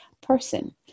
person